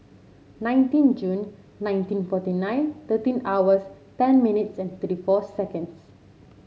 nineteen June nineteen forty nine thirteen hours ten minutes and thirty four seconds